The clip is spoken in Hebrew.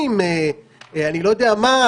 תודה רבה,